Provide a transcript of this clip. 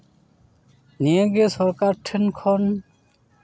ᱱᱤᱭᱟᱹᱜᱮ ᱥᱚᱨᱠᱟᱨ ᱴᱷᱮᱱ ᱠᱷᱚᱱ